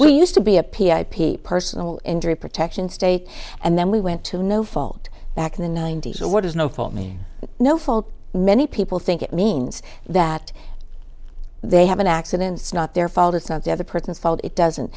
we used to be a p i p a personal injury protection state and then we went to no fault back in the ninety's of what is no fault me no fault many people think it means that they have been accidents not their fault it's not the other person's fault it doesn't